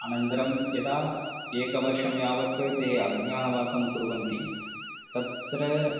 अनन्तरं यदा एकवर्षं यावत् ते अज्ञातवासं कुर्वन्ति तत्र